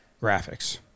graphics